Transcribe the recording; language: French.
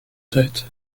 tête